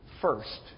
first